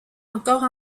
encore